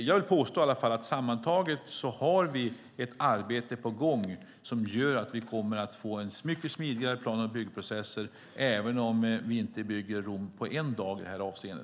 Jag vill påstå att sammantaget har vi ett arbete på gång som gör att vi kommer att få mycket smidigare plan och byggprocesser även om vi inte bygger Rom på en dag i detta avseende.